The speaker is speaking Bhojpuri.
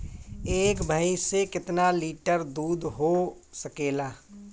एक भइस से कितना लिटर दूध हो सकेला?